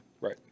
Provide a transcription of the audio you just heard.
Right